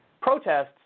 protests